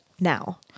now